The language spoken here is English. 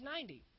90